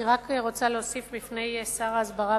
אני רק רוצה להוסיף בפני שר ההסברה